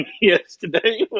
yesterday